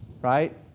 right